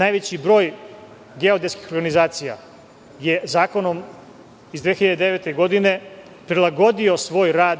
najveći broj geodetskih organizacija je zakonom iz 2009. godine prilagodio svoj rad